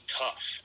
tough